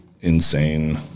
insane